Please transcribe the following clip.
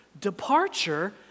departure